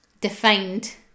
defined